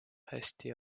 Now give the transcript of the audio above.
hästi